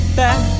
back